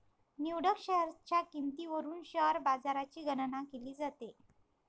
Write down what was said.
निवडक शेअर्सच्या किंमतीवरून शेअर बाजाराची गणना केली जाते